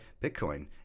Bitcoin